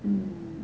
um